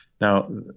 Now